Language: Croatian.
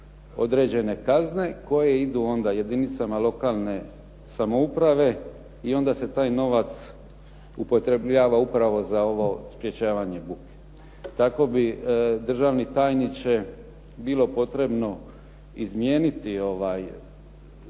određene kazne koje idu onda jedinicama lokalne samouprave i onda se taj novac upotrebljava upravo za ovo sprječavanje buke. Tako bi državni tajniče bilo potrebno izmijeniti ovu